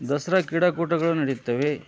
ದಸರ ಕ್ರೀಡಾ ಕೂಟಗಳು ನಡೆಯುತ್ತವೆ